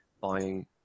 buying